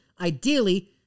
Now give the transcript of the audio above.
ideally